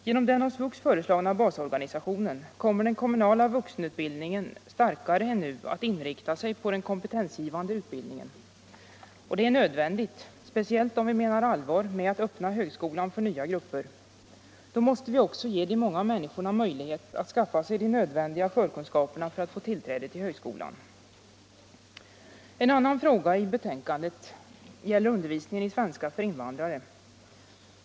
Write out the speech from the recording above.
Genom den av SVUX föreslagna basorganisationen kommer den kommunala vuxenutbilningen starkare än nu att inrikta sig på den kompetensgivande utbildningen. Och det är nödvändigt, speciellt om vi menar allvar med att öppna högskolan för nya grupper. Då måste vi också ge de många människorna möjlighet att skaffa sig de nödvändiga förkunskaperna för att få tillträde till högskolan. En annan fråga i betänkandet gäller undervisningen i svenska för invandrare.